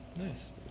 Nice